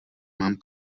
mám